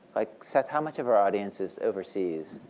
like seth, how much of our audience is overseas?